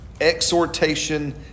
exhortation